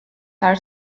are